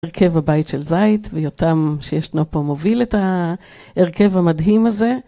הרכב הבית של זית, ויותם שישנו פה מוביל את ההרכב המדהים הזה.